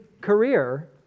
career